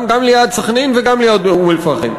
גם ליד סח'נין וגם ליד אום-אלפחם,